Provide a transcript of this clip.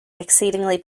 exceedingly